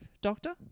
doctor